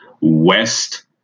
west